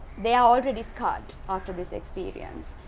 they are already scarred after this experience.